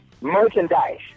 merchandise